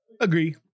Agree